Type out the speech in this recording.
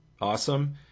awesome